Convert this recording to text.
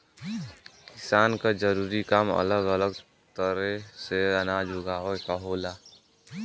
किसान क जरूरी काम अलग अलग तरे से अनाज उगावे क होला